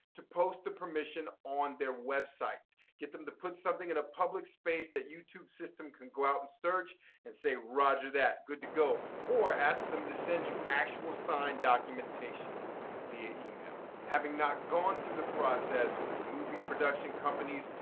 to post the permission on their websites. get them to put something in a public space that youtube's system can go out and search and say, roger that, good to go. or ask them to send you actual signed documentation via email. having not gone through the process with movie production companies,